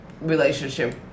relationship